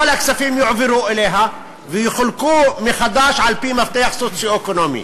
וכל הכספים יועברו אליה ויחולקו מחדש על-פי מפתח סוציו-אקונומי,